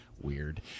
weird